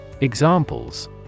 Examples